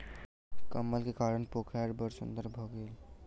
कमल के कारण पोखैर बड़ सुन्दर भअ गेल